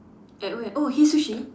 at where oh Hei Sushi